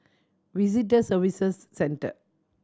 Visitor Services Center